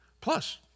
Plus